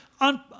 on